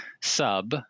sub